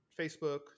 Facebook